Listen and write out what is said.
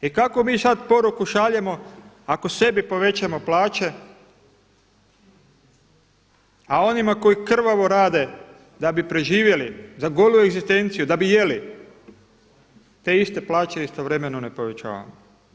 I kakvu mi sada poruku šaljemo ako sebi povećamo plaće a onima koji krvavo rade da bi preživjeli za golu egzistenciju, da bi jeli, te iste plaće istovremeno ne povećavamo?